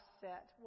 set